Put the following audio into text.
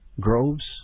groves